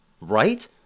Right